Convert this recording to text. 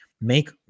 make